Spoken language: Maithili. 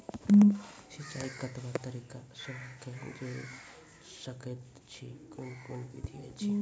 सिंचाई कतवा तरीका सअ के जेल सकैत छी, कून कून विधि ऐछि?